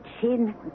Chin